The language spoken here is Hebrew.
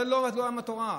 זה לא עולם התורה.